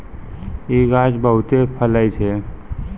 इ गाछ बहुते फैलै छै